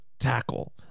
tackle